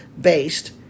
based